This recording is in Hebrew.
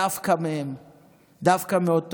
דווקא מהם.